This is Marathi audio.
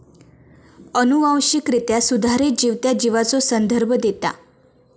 अनुवांशिकरित्या सुधारित जीव त्या जीवाचो संदर्भ देता